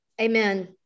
Amen